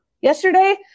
yesterday